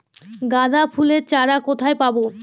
গাঁদা ফুলের চারা কোথায় পাবো?